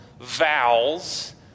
vowels